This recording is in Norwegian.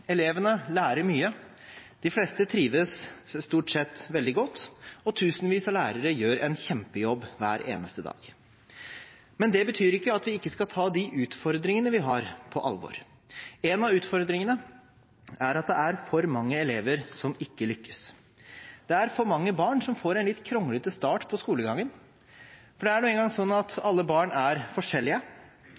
Elevene lærer mye. De fleste trives stort sett veldig godt, og tusenvis av lærere gjør en kjempejobb hver eneste dag. Men det betyr ikke at vi ikke skal ta de utfordringene vi har, på alvor. En av utfordringene er at det er for mange elever som ikke lykkes. Det er for mange barn som får en litt kronglete start på skolegangen, for det er nå engang sånn at alle barn er forskjellige.